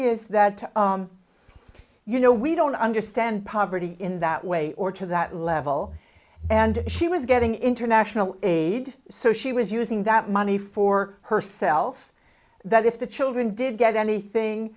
is that you know we don't understand poverty in that way or to that level and she was getting international aid so she was using that money for herself that if the children did get anything